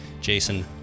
Jason